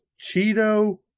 Cheeto